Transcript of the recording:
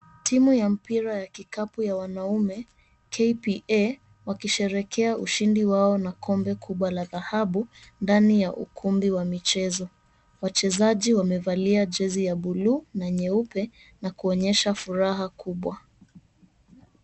Timu ya mpira wa kikapu ya wanaume KPA wakisherehekea ushindi wao na kombe kubwa la dhahabu ndani ya ukumbi wa michezo. Wachezaji wamevalia jezi ya buluu na nyeupe na kuonyesha furaha kubwa.